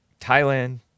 Thailand